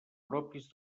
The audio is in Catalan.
propis